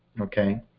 okay